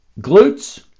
glutes